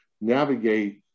navigate